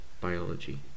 Biology